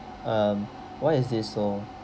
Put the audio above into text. um why is this so